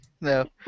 No